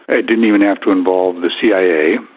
it didn't even have to involve the cia.